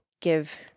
give